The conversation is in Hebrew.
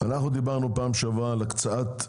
דיברנו פעם שעברה על הקצאת,